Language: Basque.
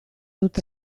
dut